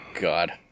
God